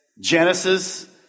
Genesis